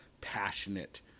passionate